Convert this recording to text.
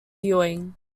viewing